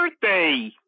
birthday